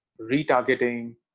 retargeting